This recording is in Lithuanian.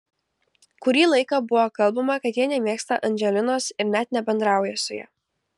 kurį laiką buvo kalbama kad jie nemėgsta andželinos ir net nebendrauja su ja